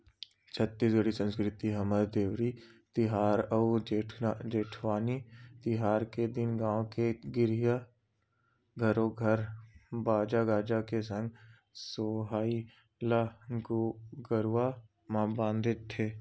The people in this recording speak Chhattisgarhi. छत्तीसगढ़ी संस्कृति हमर देवारी तिहार अउ जेठवनी तिहार के दिन गाँव के गहिरा घरो घर बाजा गाजा के संग सोहई ल गरुवा म बांधथे